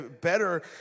better